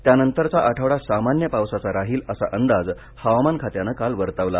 त्या नंतरचा आठवडा सामान्य पावसाचा राहील असा अंदाज हवामान खात्यानं काल वर्तवला